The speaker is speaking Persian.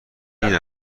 بین